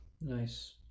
nice